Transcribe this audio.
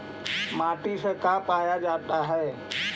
माटी से का पाया जाता है?